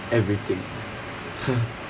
everything